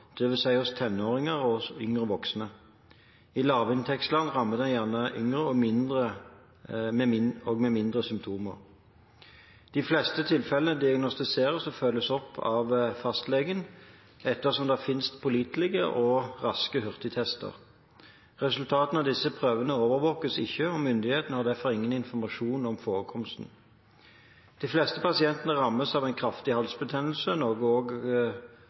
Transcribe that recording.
hos tenåringer og hos yngre voksne. I lavinntektsland rammer den gjerne yngre og med mindre symptomer. De fleste tilfellene diagnostiseres og følges opp av fastlegen, ettersom det finnes pålitelige og raske hurtigtester. Resultatene av disse prøvene overvåkes ikke, og myndighetene har derfor ingen informasjon om forekomsten. De fleste pasientene rammes av en kraftig halsbetennelse, noen også av magesmerter som kan gjøre oppfølging av betennelse i lever og